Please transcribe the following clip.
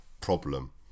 problem